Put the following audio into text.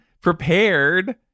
prepared